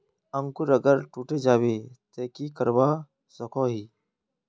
अंकूर अगर टूटे जाबे ते की करवा सकोहो ही?